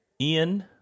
Ian